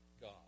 God